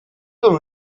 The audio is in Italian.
con